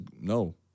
No